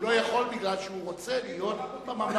הוא לא יכול בגלל שהוא רוצה להיות בממלכתי-דתי.